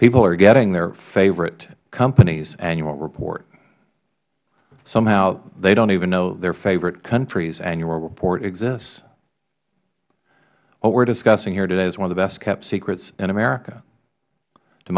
people are getting their favorite companies annual report somehow they don't even know their favorite country's annual report exists what we are discussing here today is one of the best kept secrets in america to